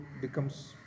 becomes